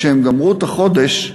כשהם גמרו את החודש,